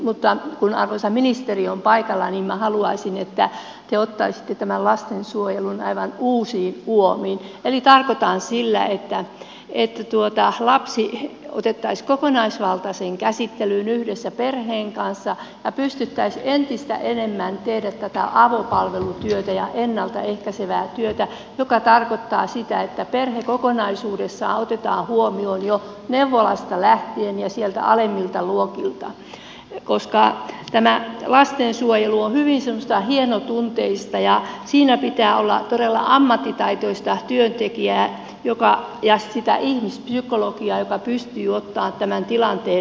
mutta kun arvoisa ministeri on paikalla niin minä haluaisin että te ottaisitte tämän lastensuojelun aivan uusiin uomiin eli tarkoitan sillä sitä että lapsi otettaisiin kokonaisvaltaiseen käsittelyyn yhdessä perheen kanssa ja pystyttäisiin entistä enemmän tekemään tätä avopalvelutyötä ja ennalta ehkäisevää työtä joka tarkoittaa sitä että perhe kokonaisuudessaan otetaan huomioon jo neuvolasta lähtien ja sieltä alemmilta luokilta koska tämä lastensuojelu on hyvin semmoista hienotunteista ja siinä pitää olla todella ammattitaitoista työntekijää ja sitä ihmispsykologia joka pystyy ottamaan tämän tilanteen haltuunsa